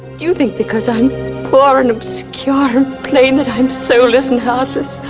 you think because i'm poor and obscure and plain, that i'm soulless and heartless?